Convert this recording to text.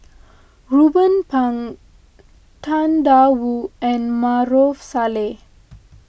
Ruben Pang Tang Da Wu and Maarof Salleh